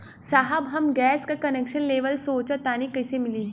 साहब हम गैस का कनेक्सन लेवल सोंचतानी कइसे मिली?